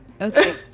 okay